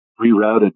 rerouted